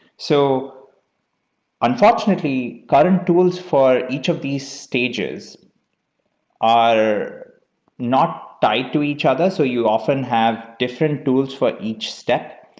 so unfortunately, current tools for each of these stages are not tied to each other. so you often have different tools for each step.